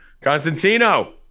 Constantino